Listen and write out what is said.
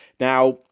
Now